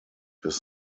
his